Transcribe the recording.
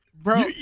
Bro